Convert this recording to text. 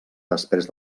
després